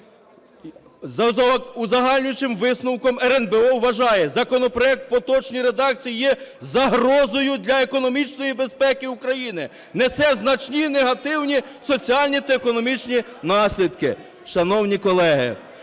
За узагальнюючим висновком РНБО вважає: законопроект в поточній редакції є загрозою для економічної безпеки України, несе значні негативні соціальні та економічні наслідки.